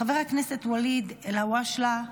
חבר הכנסת ואליד אלהואשלה,